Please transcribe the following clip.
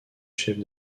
chefs